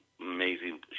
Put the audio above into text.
amazing